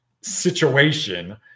situation